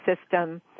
system